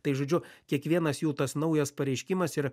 tai žodžiu kiekvienas jų tas naujas pareiškimas ir